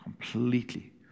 Completely